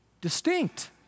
distinct